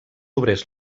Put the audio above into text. obrers